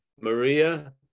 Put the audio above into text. Maria